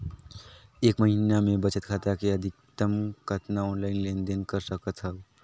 एक महीना मे बचत खाता ले अधिकतम कतना ऑनलाइन लेन देन कर सकत हव?